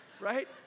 Right